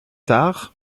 tard